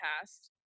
past